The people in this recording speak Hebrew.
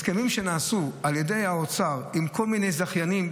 הסכמים שנעשו על ידי האוצר עם כל מיני זכיינים,